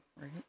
Right